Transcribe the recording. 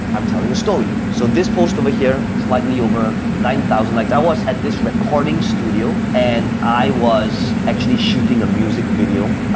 i'm telling a story. so this post over here, slightly over nine thousand likes, i was at this recording studio and i was actually shooting a music video,